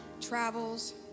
Travels